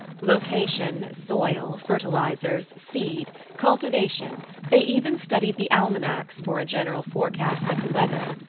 location, soil, fertilizers, seed, cultivation they even studied the almanacs for a general forecast of the weather.